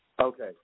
Okay